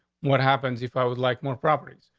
what happens if i would like more properties?